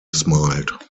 smiled